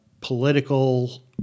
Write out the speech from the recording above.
political